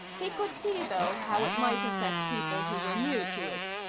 he could see, though, how it might affect people who were new to it.